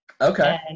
Okay